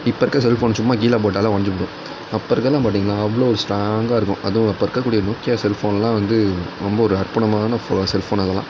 இப்போ இருக்க செல்ஃபோன் சும்மா கீழே போட்டாலே உடைஞ்சிபுடும் அப்போ இருக்கிறதெலாம் பார்த்தீங்கன்னா அவ்வளோ ஒரு ஸ்ட்ராங்காக இருக்கும் அதுவும் அப்போ இருக்கக் கூடிய நோக்கியா செல்ஃபோன்லாம் வந்து ரொம்ப ஒரு அற்புனமான ஃபோ செல்ஃபோன் அதெல்லாம்